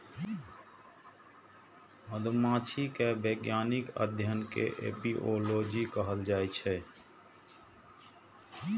मधुमाछी के वैज्ञानिक अध्ययन कें एपिओलॉजी कहल जाइ छै